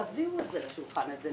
תביאו את זה לשולחן הזה,